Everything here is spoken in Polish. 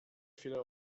chwilę